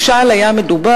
משל היה מדובר